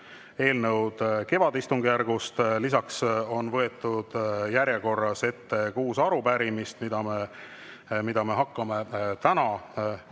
eelnõud kevadistungjärgust, lisaks on võetud järjekorras ette kuus arupärimist, mida me hakkame täna käsitlema,